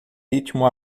ritmo